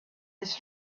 his